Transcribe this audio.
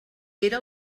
era